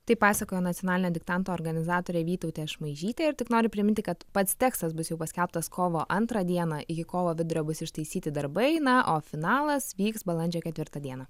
tai pasakojo nacionalinio diktanto organizatorė vytautė šmaižytė ir tik noriu priminti kad pats tekstas bus jau paskelbtas kovo antrą dieną iki kovo vidurio bus ištaisyti darbai na o finalas vyks balandžio ketvirtą dieną